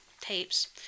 tapes